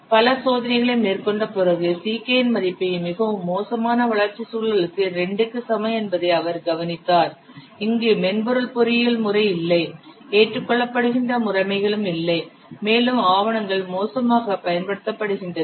பல சோதனைகளை மேற்கொண்ட பிறகு Ck இன் மதிப்பு மிகவும் மோசமான வளர்ச்சி சூழலுக்கு 2 க்கு சமம் என்பதை அவர் கவனித்தார் இங்கு மென்பொருள் பொறியியல் முறை இல்லை ஏற்றுக் கொள்ளப்படுகின்ற முறைகளும் இல்லை மேலும் ஆவணங்கள் மோசமாக பயன்படுத்தப்படுகின்றது